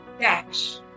dash